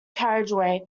carriageway